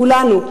כולנו,